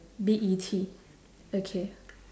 B E T okay